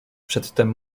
przedtem